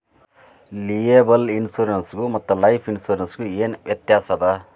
Liable insurance ಗು ಮತ್ತ life insurance ಗು ಏನ್ ವ್ಯಾತ್ಯಾಸದ?